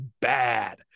bad